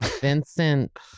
Vincent